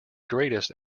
greatest